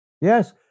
Yes